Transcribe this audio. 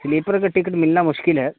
sleeper کا ticket ملنا مشکل ہے